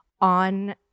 on